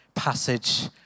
passage